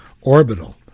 orbital